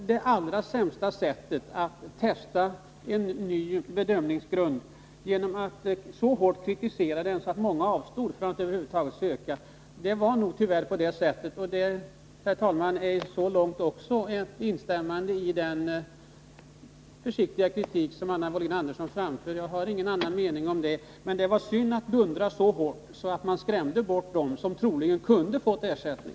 Det är ett dåligt sätt att testa en ny bedömningsgrund, om man kritiserar den så hårt att många avstår från att söka ersättning. Detta är dock, herr talman, så långt också ett instämmande i den försiktiga kritik som Anna Wohlin-Andersson framför. Jag har ingen annan mening, men det var onödigt att dundra så hårt att man skrämde bort sådana som troligen kunde ha fått ersättning.